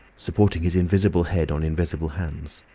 supporting his invisible head on invisible hands.